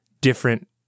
different